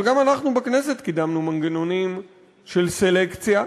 אבל גם אנחנו בכנסת קידמנו מנגנונים של סלקציה,